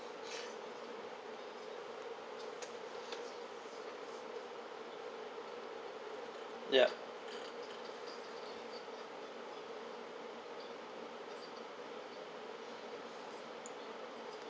ya